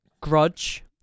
Grudge